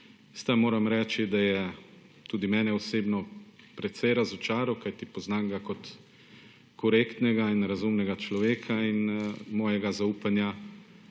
tem moram reči, da je tudi mene osebno precej razočaral, kajti poznam ga kot korektnega in razumnega človeka in mojega zaupanja